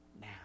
now